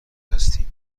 هستین